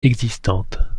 existantes